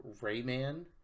Rayman